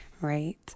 Right